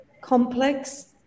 complex